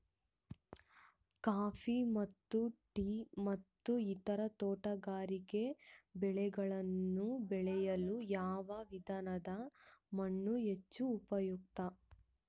Coffee ಮತ್ತು tea ಮತ್ತು ಇತರ ತೋಟಗಾರಿಕೆ ಬೆಳೆಗಳನ್ನು ಬೆಳೆಯಲು ಯಾವ ವಿಧದ ಮಣ್ಣು ಹೆಚ್ಚು ಉಪಯುಕ್ತ?